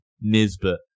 Nisbet